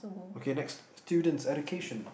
okay next students education